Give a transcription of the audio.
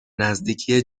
نزدیکی